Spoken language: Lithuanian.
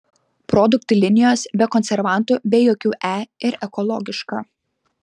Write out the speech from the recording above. produktų linijos be konservantų be jokių e ir ekologiška